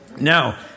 Now